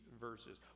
verses